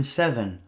seven